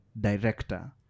director